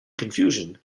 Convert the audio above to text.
confusion